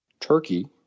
Turkey